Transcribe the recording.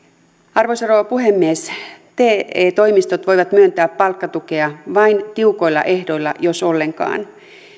arvoisa rouva puhemies te toimistot voivat myöntää palkkatukea vain tiukoilla ehdoilla jos ollenkaan